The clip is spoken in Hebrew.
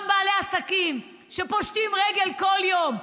גם בעלי העסקים שפושטים רגל כל יום אומרים: